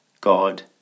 God